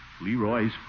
Leroy's